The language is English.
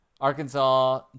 Arkansas